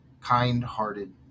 kind-hearted